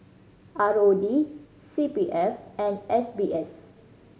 R O D C P F and S B S